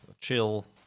chill